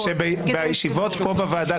בישיבות פה בוועדה